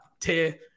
tier